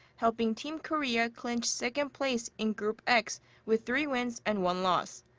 helping team korea clinch second place in group x with three wins and one loss.